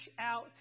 out